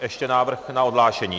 Ještě návrh na odhlášení.